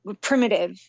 primitive